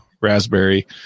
Raspberry